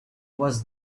was